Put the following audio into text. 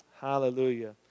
Hallelujah